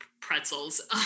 pretzels